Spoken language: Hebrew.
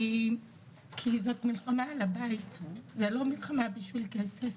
זאת מלחמה על הבית, זו לא מלחמה בשביל כסף.